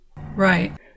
Right